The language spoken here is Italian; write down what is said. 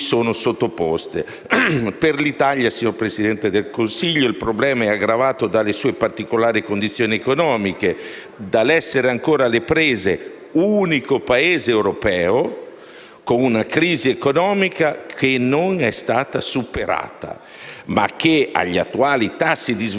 dall'essere ancora alle prese - unico Paese europeo - con una crisi economica che non è stata superata, ma che, agli attuali tassi di sviluppo - come ricordato dal Governatore della Banca d'Italia nella sua relazione conclusiva e confermato dalla delegazione del Fondo